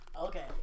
Okay